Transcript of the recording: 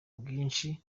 bwinshi